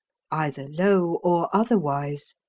either low or otherwise,